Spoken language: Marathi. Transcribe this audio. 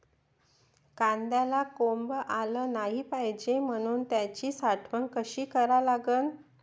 कांद्याले कोंब आलं नाई पायजे म्हनून त्याची साठवन कशी करा लागन?